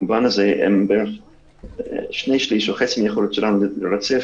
במובן הזה הם בשני שלישים או חצי מהיכולות שלנו לרצף,